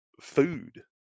food